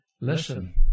listen